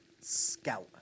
scout